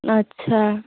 अच्छा